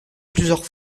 plusieurs